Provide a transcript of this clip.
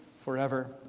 forever